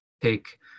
take